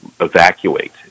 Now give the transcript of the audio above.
evacuate